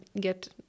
get